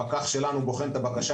הפקח שלנו בוחן את הבקשה,